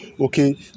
okay